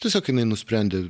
tiesiog jinai nusprendė